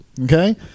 okay